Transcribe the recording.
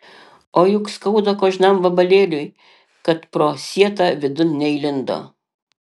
o juk skauda kožnam vabalėliui kad pro sietą vidun neįlindo